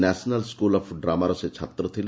national school of ଡ୍ରାମାର ସେ ଛାତ୍ର ଥିଲେ